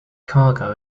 cargo